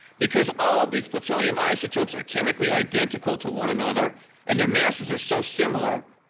because all of these plutonium isotopes are chemically identical to one another and their masses are so similar,